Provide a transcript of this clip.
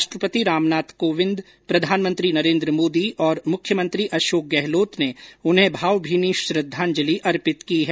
राष्ट्रपति रामनाथ कोविंद प्रधानमंत्री नरेन्द्र मोदी और मुख्यमंत्री अशोक गहलोत ने उन्हें भावभीनी श्रद्धांजलि अर्पित की है